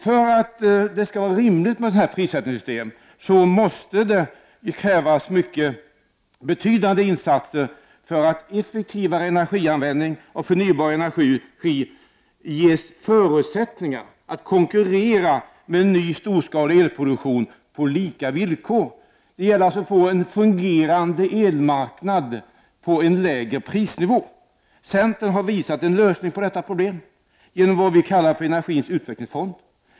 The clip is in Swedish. För att det skall vara rimligt med ett sådant här prissättningssystem måste det göras betydande insatser för att effektivare energianvändning och förnybar energi skall ges förutsättningar att konkurrera på lika villkor med ny storskalig elproduktion. Det gäller att få en fungerande elmarknad på en lägre prisnivå. Centern har visat en lösning på detta problem, genom vad vi kallar energins utvecklingsfond.